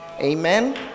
Amen